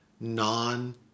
Non